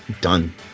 Done